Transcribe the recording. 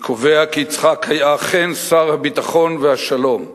אני קובע כי יצחק היה אכן שר הביטחון והשלום.